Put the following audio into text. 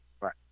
right